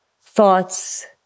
thoughts